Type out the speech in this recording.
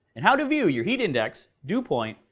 and how to view your heat index, dew point,